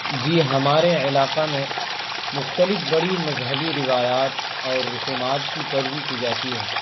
جی ہمارے علاقہ میں مختلف بڑی مذہبی روایات اور رسومات کی پیروی کی جاتی ہے